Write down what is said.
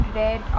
red